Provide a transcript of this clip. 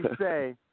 say